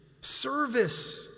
service